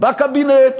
בקבינט